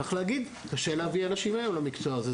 צריך להגיד שקשה להביא היום אנשים למקצוע הזה,